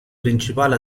principali